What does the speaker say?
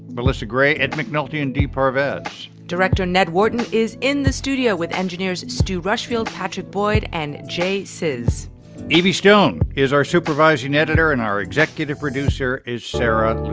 melissa gray, ed mcnulty and d. parvaz director ned wharton is in the studio with engineers stu rushfield, patrick boyd and jay sizz evie stone is our supervising editor, and our executive producer is sarah